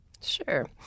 Sure